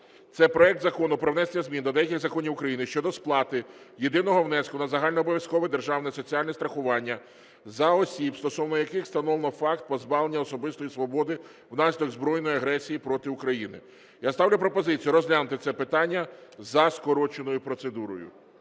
Це проект Закону про внесення змін до деяких законів України щодо сплати єдиного внеску на загальнообов'язкове державне соціальне страхування за осіб, стосовно яких встановлено факт позбавлення особистої свободи внаслідок збройної агресії проти України. Я ставлю пропозицію розглянути це питання за скороченою процедурою.